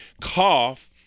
cough